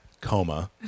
coma